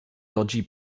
dodgy